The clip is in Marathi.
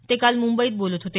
ते काल मुंबईत बोलत होते